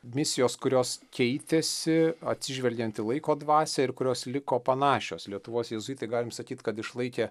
misijos kurios keitėsi atsižvelgiant į laiko dvasią ir kurios liko panašios lietuvos jėzuitai galim sakyt kad išlaikė